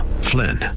Flynn